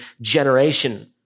generation